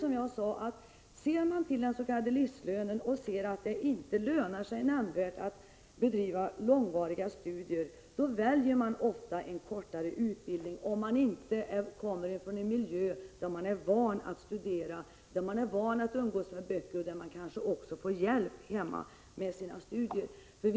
Om man ser på den s.k. livslönen och finner att det inte lönar sig nämnvärt att bedriva långvariga studier väljer man ofta en kortare utbildning, om man inte kommer från en miljö där man är van att studera, där man är van att umgås med böcker och där man kanske får hjälp med sina studier.